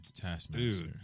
Taskmaster